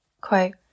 Quote